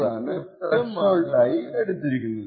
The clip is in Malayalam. ഈ കോഡിൽ 1750 ആണ് ത്രെഷോൾഡ് ആയി എടുത്തിരിക്കുന്നത്